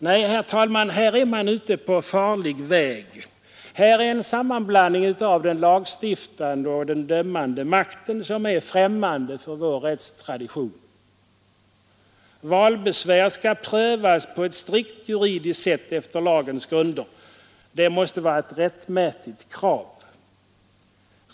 Nej, herr talman, här är man ute på farlig väg. Här är en sammanblandning av den lagstiftande och den dömande makten som är främmande för vår rättstradition. Valbesvär skall prövas på ett strikt juridiskt sätt efter lagens grunder, det måste vara ett rättmätigt krav.